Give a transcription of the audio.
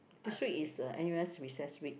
this week is uh n_u_s recess week